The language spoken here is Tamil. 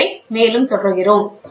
என்பதை மேலும் தொடர்கிறோம்